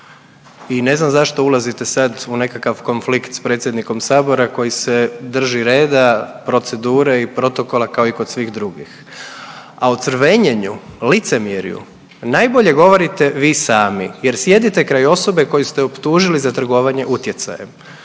i ne znam zašto ulazite sad u nekakav konflikt s predsjednikom sabora koji se drži reda, procedure i protokola, kao i kod svih drugih. A o crvenjenju, licemjerju najbolje govorite vi sami jer sjedite kraj osobe koju ste optužili za trgovanje utjecajem,